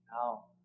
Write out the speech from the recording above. Now